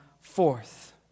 forth